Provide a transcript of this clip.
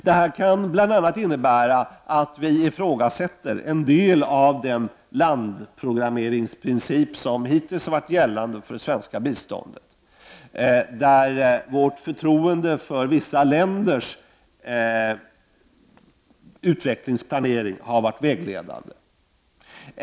Detta kan bl.a. innebär att vi ifrågasätter en del av den landprogrammeringsprincip som hittills gällt för det svenska biståndet, där vårt förtroende för vissa länders utvecklingsplanering har varit vägledande.